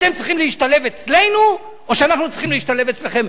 אתם צריכים להשתלב אצלנו או שאנחנו צריכים להשתלב אצלכם?